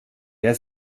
der